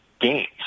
games